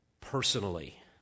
personally